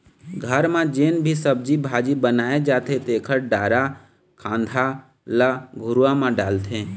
घर म जेन भी सब्जी भाजी बनाए जाथे तेखर डारा खांधा ल घुरूवा म डालथे